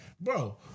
bro